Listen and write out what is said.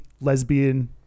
lesbian